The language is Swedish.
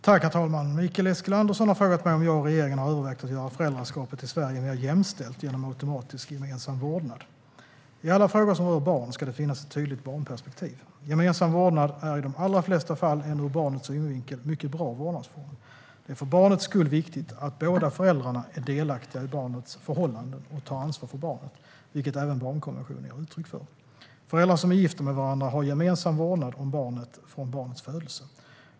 Herr talman! Mikael Eskilandersson har frågat mig om jag och regeringen har övervägt att göra föräldraskapet i Sverige mer jämställt genom automatisk gemensam vårdnad. I alla frågor som rör barn ska det finnas ett tydligt barnperspektiv. Gemensam vårdnad är i de allra flesta fall en ur barnets synvinkel mycket bra vårdnadsform. Det är för barnets skull viktigt att båda föräldrarna är delaktiga i barnets förhållanden och tar ansvar för barnet, vilket även barnkonventionen ger uttryck för. Föräldrar som är gifta med varandra har gemensam vårdnad om barnet från barnets födelse.